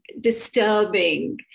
disturbing